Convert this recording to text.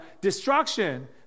destruction